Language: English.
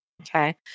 Okay